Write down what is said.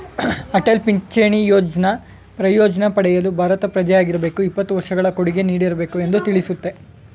ಅಟಲ್ ಪಿಂಚಣಿ ಯೋಜ್ನ ಪ್ರಯೋಜ್ನ ಪಡೆಯಲು ಭಾರತದ ಪ್ರಜೆಯಾಗಿರಬೇಕು ಇಪ್ಪತ್ತು ವರ್ಷಗಳು ಕೊಡುಗೆ ನೀಡಿರಬೇಕು ಎಂದು ತಿಳಿಸುತ್ತೆ